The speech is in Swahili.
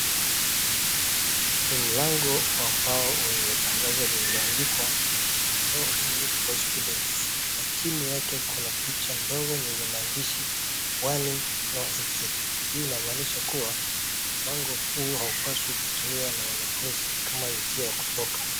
Ni mlango wa mbao wenye tangazo lililo andikwa NO EXIT FOR STUDENTS na chini yake kuna picha ndogo yenye maandishi WARNING, NO EXIT hii inamaanisha kuwa mlango huu haupaswi kutumiwa na wanafunzi kama njia ya kutoka.